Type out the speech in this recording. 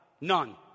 None